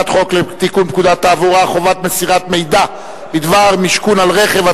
לתיקון פקודת התעבורה (חוברת מסירת מידע בדבר משכון על רכב),